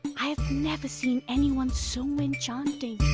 i have never seen anyone so enchanting!